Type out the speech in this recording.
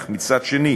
אך מצד שני